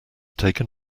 taken